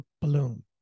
balloon